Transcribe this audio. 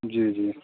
जी जी